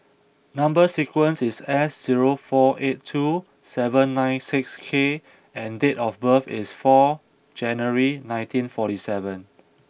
number sequence is S zero four eight two seven nine six K and date of birth is four January nineteen forty seven